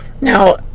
Now